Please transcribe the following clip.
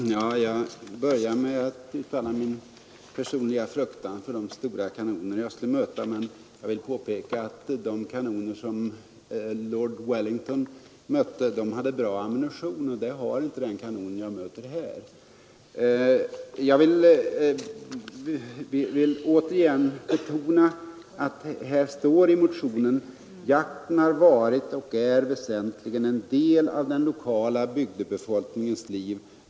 Fru talman! Jag började med att uttala min personliga fruktan för de stora kanoner jag skulle möta. Jag vill påpeka att de kanoner som Lord Wellington mötte sades ha bra ammunition, men det har inte den kanon jag möter här. Jag vill återigen betona att i motionen står: ”Jakten har varit och är väsentligen en del av den lokala bygdbefolkningens liv.